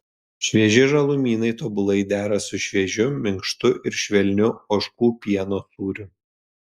švieži žalumynai tobulai dera su šviežiu minkštu ir švelniu ožkų pieno sūriu